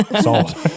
Salt